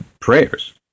prayers